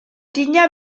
tinya